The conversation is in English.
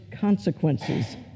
consequences